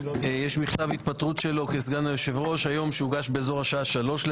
יש מכתב התפטרות שלו כסגן היושב-ראש שהוגש היום בסביבות השעה 15:00 ,